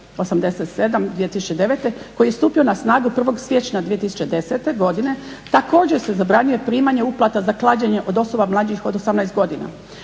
koji je stupio na snagu 1. siječnja 2010. godine također se zabranjuje primanje uplata za klađenje od osoba mlađih od 18 godina,